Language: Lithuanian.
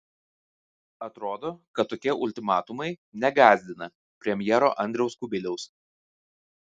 atrodo kad tokie ultimatumai negąsdina premjero andriaus kubiliaus